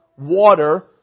water